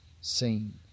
seen